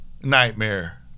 nightmare